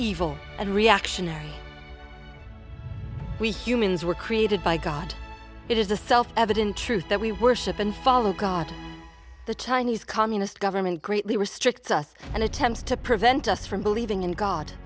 evil and reactionary we humans were created by god it is a self evident truth that we worship and follow god the chinese communist government greatly restricts us and attempts to prevent us from believing in god